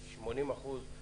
80%?